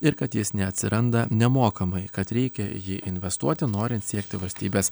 ir kad jis neatsiranda nemokamai kad reikia į jį investuoti norint siekti valstybės